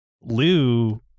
Lou